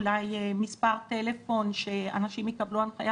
אולי מספר טלפון שאנשים יקבלו הנחיה